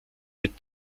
mit